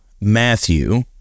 Matthew